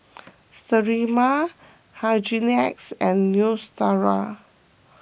Sterimar Hygin X and Neostrata